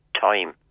time